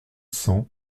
cents